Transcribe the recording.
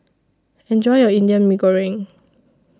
Enjoy your Indian Mee Goreng